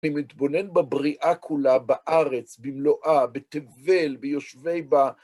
אני מתבונן בבריאה כולה בארץ, במלואה, בתבל, ביושבי בה.